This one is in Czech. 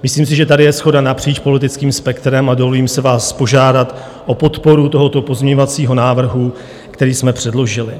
Myslím si, že tady je shoda napříč politickým spektrem, a dovolím si vás požádat o podporu tohoto pozměňovacího návrhu, který jsme předložili.